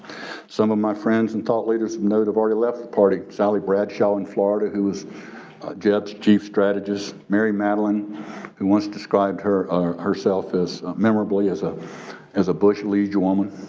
some of my friends and thought leaders i know have already left the party. sallie bradshaw in florida who was jeff's chief strategist, mary madeline and once described her herself as memorably as ah as a bush league woman.